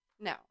No